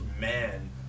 man